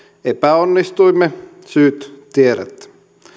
epäonnistuimme syyt tiedätte